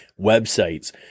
websites